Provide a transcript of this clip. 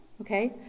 Okay